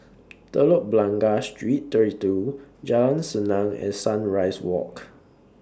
Telok Blangah Street thirty two Jalan Senang and Sunrise Walk